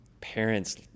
parents